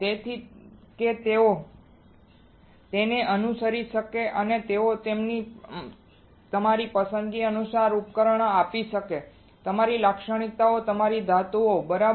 તેથી કે તેઓ તેને અનુસરી શકે અને તેઓ તમને તમારી પસંદગી અનુસાર ઉપકરણ આપી શકે તમારી લાક્ષણિકતાઓ તમારી ધાતુઓ બરાબર